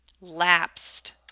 lapsed